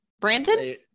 Brandon